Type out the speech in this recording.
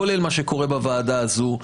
כולל מה שקורה בוועדה הזו.